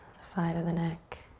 side of the neck.